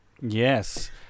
Yes